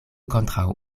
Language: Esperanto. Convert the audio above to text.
kontraŭ